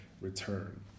return